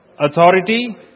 Authority